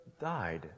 died